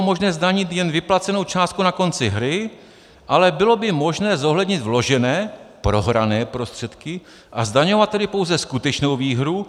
možné zdanit jen vyplacenou částku na konci hry, ale bylo by možné zohlednit vložené prostředky a zdaňovat tedy pouze skutečnou výhru .